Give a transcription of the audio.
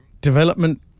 development